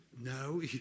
No